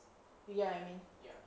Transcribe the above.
you get what I mean